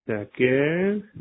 again